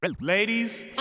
Ladies